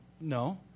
No